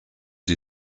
die